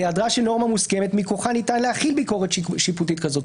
בהיעדרה של נורמה מוסכמת מכוחה ניתן להחיל ביקורת שיפוטית כזאת.